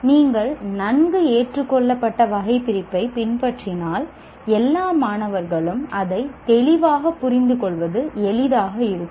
நீங்கள் நன்கு ஏற்றுக்கொள்ளப்பட்ட வகைபிரிப்பைப் பின்பற்றினால் எல்லா மாணவர்களும் அதை தெளிவாக புரிந்துகொள்வது எளிதாக இருக்கும்